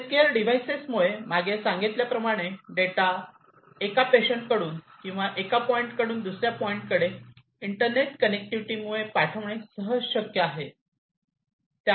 healthcare डिवाइसमुळे मागे सांगितल्याप्रमाणे डेटा पेशंट कडून किंवा एका पॉईंट कडून दुसऱ्या पॉईंट कडे इंटरनेट कनेक्टिव्हिटी मुळे पाठविणे सहज शक्य आहे